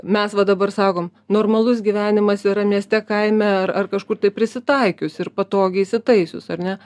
mes va dabar sakom normalus gyvenimas yra mieste kaime ar ar kažkur tai prisitaikius ir patogiai įsitaisius ar ne